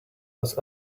was